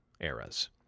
eras